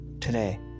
today